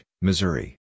Missouri